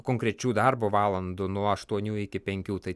konkrečių darbo valandų nuo aštuonių iki penkių tai